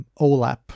OLAP